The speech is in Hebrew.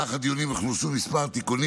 במהלך הדיונים הוכנסו כמה תיקונים